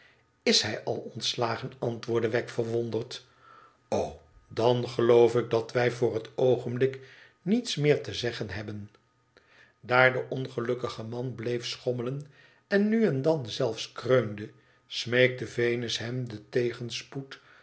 is hij al ontslagen antwoordde wegg verwonderd t o dan geloof ik dat wij voor het ooenblik niets meer te zeggen hebben daar de ongelukkige man bleef schommelen en nu en dan zelfs kreunde smeekte venus hem den tegenspoed